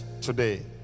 today